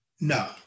No